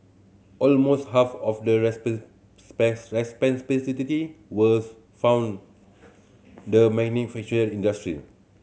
almost half of the was from the manufacturing industry